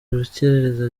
urukerereza